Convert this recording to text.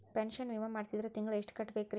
Pension ವಿಮಾ ಮಾಡ್ಸಿದ್ರ ತಿಂಗಳ ಎಷ್ಟು ಕಟ್ಬೇಕ್ರಿ?